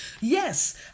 yes